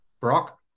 brock